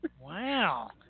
Wow